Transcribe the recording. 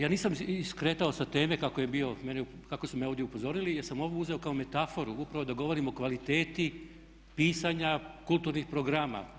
Ja nisam skretao s tema kako je bio, kako su me ovdje upozorili jer sam ovu uzeo kao metaforu upravo da govorim o kvaliteti pisanja kulturnih programa.